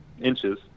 inches